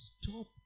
stop